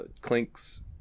clinks